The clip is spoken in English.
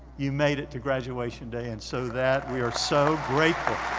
you made it to graduation day and so that we are so grateful.